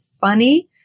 funny